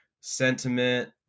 sentiment